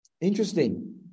interesting